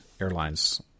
airlines